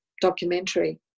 documentary